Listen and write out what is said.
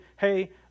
hey